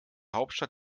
hauptstadt